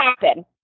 happen